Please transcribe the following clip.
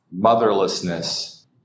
motherlessness